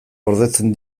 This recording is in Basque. gordetzen